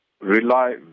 rely